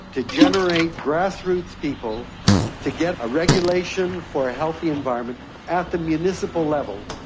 to generate grassroots people to get a regulation for a healthy environment at the municipal level.